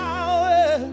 Power